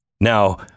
Now